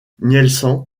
nielsen